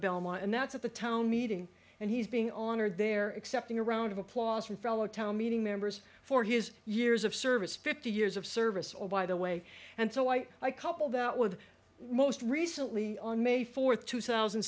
belmont and that's at the town meeting and he's being on or there accepting a round of applause from fellow town meeting members for his years of service fifty years of service all by the way and so i couple that with most recently on may fourth two thousand